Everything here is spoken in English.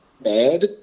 bad